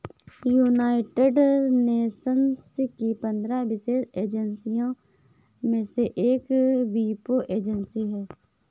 United nations की पंद्रह विशेष एजेंसियों में से एक वीपो एजेंसी है